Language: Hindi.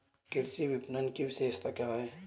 कृषि विपणन की विशेषताएं क्या हैं?